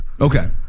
Okay